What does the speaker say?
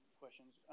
questions